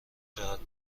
جهت